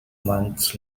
months